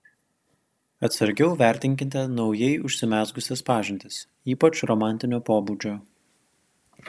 atsargiau vertinkite naujai užsimezgusias pažintis ypač romantinio pobūdžio